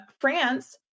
france